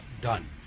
done